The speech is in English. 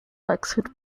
wexford